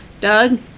Doug